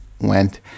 went